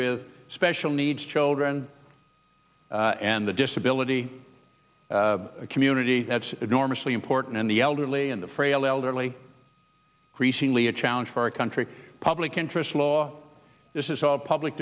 with special needs children and the disability community that's enormously important in the elderly and the frail elderly recently a challenge for our country public interest law this is all public